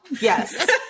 Yes